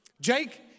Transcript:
Jake